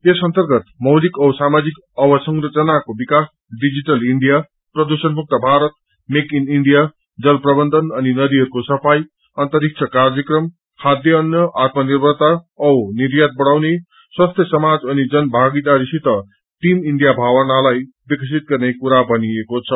यस अर्न्तगत मौलिक औ साामाजिक अवसंरचनाको विकास डिजिटल इण्डिया प्रदूषणमुक्त भारत मेक इन इण्डिया जल अन्तरिक्ष कार्यक्रम खाध्य अन्न आत्मनिर्भराता औ निर्यात बढ़ाउने स्वस्थ्य समाज अनि जन भागीदारीसित टीम इण्डिया भावनालाई विकसित गर्ने कुरा भनिएको छ